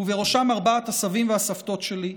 ובראשם ארבעת הסבים והסבתות שלי,